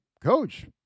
coach